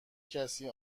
کسی